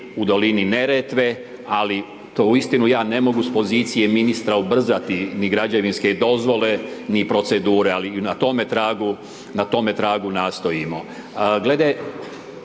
u dolini Neretve, ali to uistinu ja ne mogu s pozicije ministra ubrzati ni građevinske dozvole, ni procedure, ali na tome tragu nastojimo.